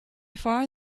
far